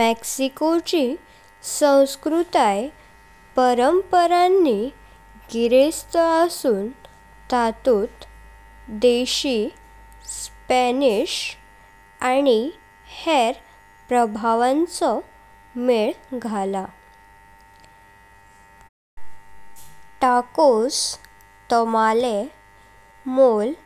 मेक्सिको'ची संस्कृताय परंपरानी गिरेस्थ असुन तातुथ देशी, स्पॅनिश, आणि हेर प्रभावांचो मेल घाळा। Tacos, tamales, मोलेस